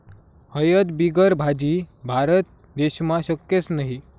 हयद बिगर भाजी? भारत देशमा शक्यच नही